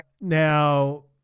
now